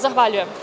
Zahvaljujem.